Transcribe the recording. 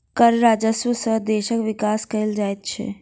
कर राजस्व सॅ देशक विकास कयल जाइत छै